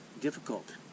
difficult